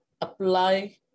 apply